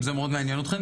אם זה מאוד מעניין אתכם,